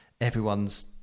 everyone's